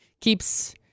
keeps